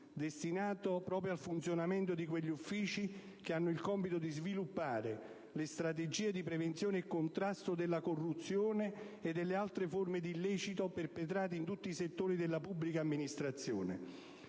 destinato proprio al funzionamento di quegli uffici che hanno il compito di sviluppare le strategie di prevenzione e contrasto della corruzione e delle altre forme di illecito perpetrate in tutti i settori della pubblica amministrazione